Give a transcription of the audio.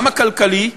גם הכלכלי,